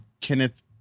Kenneth